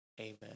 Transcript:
Amen